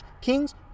Kings